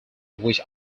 which